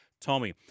Tommy